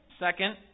Second